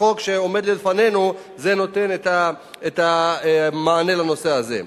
החוק שעומד לפנינו נותן את המענה לנושא הזה.